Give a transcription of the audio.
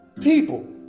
people